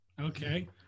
Okay